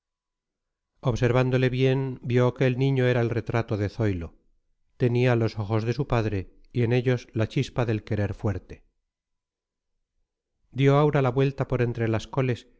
observándole bien vio que el niño era el retrato de zoilo tenía los ojos de su padre y en ellos la chispa del querer fuerte dio aura la vuelta por entre las coles